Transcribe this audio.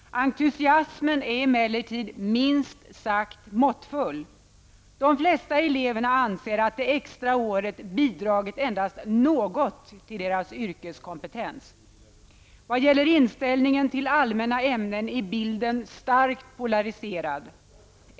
Entusiasmen är emellertid minst sagt måttfull. De flesta eleverna anser att det extra året bidragit endast ''något'' till deras yrkeskompetens. Vad gäller inställningen till allmänna ämnen är bilden starkt polariserad.